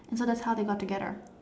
and so that's how they got together